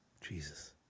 Jesus